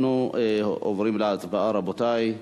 אנחנו עוברים להצבעה, רבותי.